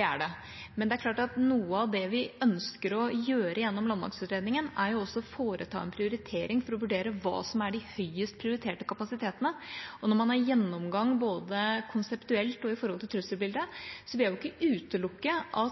er det. Men det er klart at noe av det vi ønsker å gjøre gjennom landmaktutredningen, er å foreta en prioritering for å vurdere hva som er de høyest prioriterte kapasitetene, og når man har en gjennomgang både konseptuelt og med hensyn til trusselbildet, vil jeg ikke utelukke at